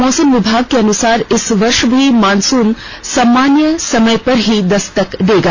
मौसम विभाग के अनुसार इस वर्ष भी मॉनसून सामान्य समय पर ही दस्तक देगा